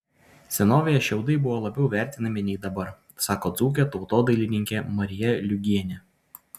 senovėje šiaudai buvo labiau vertinami nei dabar sako dzūkė tautodailininkė marija liugienė